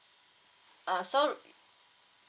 uh so